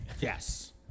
Yes